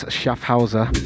Schaffhauser